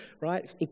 right